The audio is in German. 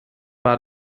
war